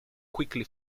quickly